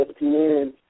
ESPN